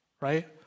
right